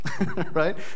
right